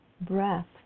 breath